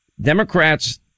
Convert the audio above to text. Democrats